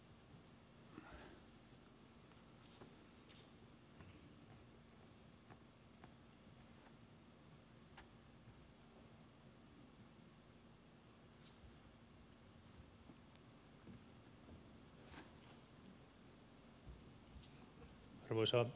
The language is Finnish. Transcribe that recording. arvoisa puhemies